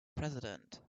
president